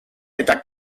eta